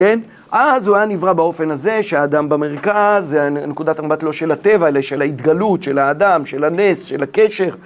כן? אז הוא היה נברא באופן הזה, שהאדם במרכז, זה נקודת המבט לא של הטבע, אלא של ההתגלות, של האדם, של הנס, של הקשר.